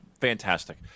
Fantastic